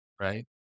right